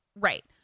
Right